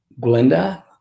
Glenda